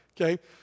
Okay